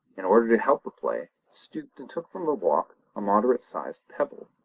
in order to help the play, stooped and took from the walk a moderate sized pebble.